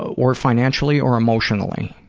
or financially or emotionally?